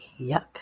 yuck